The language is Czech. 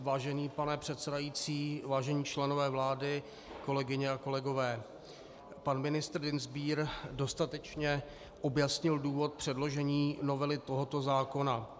Vážený pane předsedající, vážení členové vlády, kolegyně a kolegové, pan ministr Dienstbier dostatečně objasnil důvod předložení novely tohoto zákona.